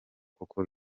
kuko